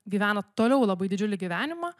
gyvena toliau labai didžiulį gyvenimą